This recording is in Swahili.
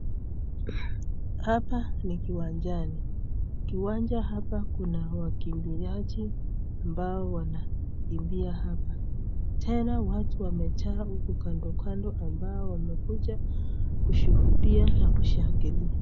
Hapa ni kiwanjani. Kiwanja hapa kuna wakimbiaji ambao wanakimbia hapa. Tena watu wamejaa huku kando kando ambao wamekuja kushuhudia na kushangilia.